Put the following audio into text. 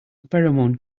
pheromone